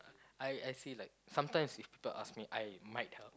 I I see like sometimes if people ask me I might help